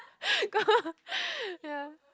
ya